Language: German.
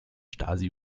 stasi